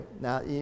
Now